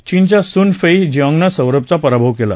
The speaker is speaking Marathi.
चीनच्या सुन फेई जियांगनं सौरभचा पराभव केला